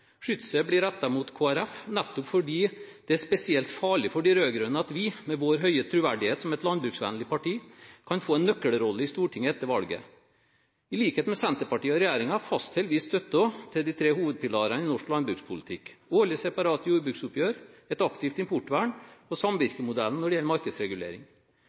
Skytset blir rettet mot Kristelig Folkeparti, nettopp fordi det er spesielt farlig for de rød-grønne at vi, med vår høye troverdighet som et landbruksvennlig parti, kan få en nøkkelrolle i Stortinget etter valget. I likhet med Senterpartiet og regjeringen fastholder vi støtten til de tre hovedpilarene i norsk landbrukspolitikk: årlige separate jordbruksoppgjør, et aktivt importvern og samvirkemodellen når det gjelder markedsregulering.